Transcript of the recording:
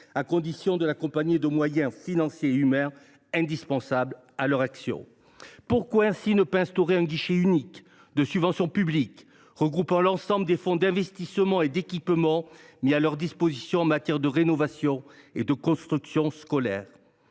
mais il devra s’accompagner des moyens financiers et humains indispensables à l’action des collectivités. Pourquoi, ainsi, ne pas instaurer un guichet unique de subventions publiques, regroupant l’ensemble des fonds d’investissement et d’équipement mis à leur disposition en matière de rénovation et de construction scolaire ?